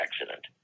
accident